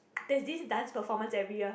that this done performance every year